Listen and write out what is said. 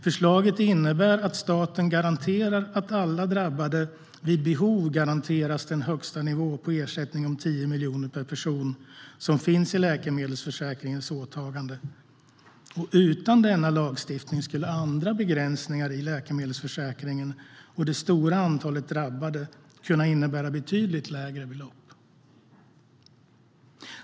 Förslaget innebär att staten garanterar att alla drabbade vid behov kan få ut den högsta nivån på ersättning om 10 miljoner per person som finns i Läkemedelsförsäkringens åtagande. Utan denna lagstiftning skulle andra begränsningar i läkemedelsförsäkringen och det stora antalet drabbade innebära betydligt lägre belopp.